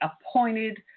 appointed